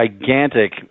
gigantic